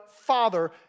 father